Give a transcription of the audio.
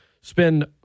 spend –